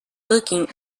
looking